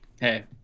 hey